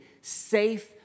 safe